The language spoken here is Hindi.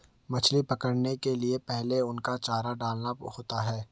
मछली पकड़ने के लिए पहले उनको चारा डालना होता है